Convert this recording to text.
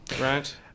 Right